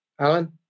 Alan